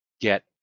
get